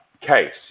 case